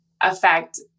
affect